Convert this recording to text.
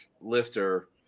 lifter